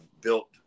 built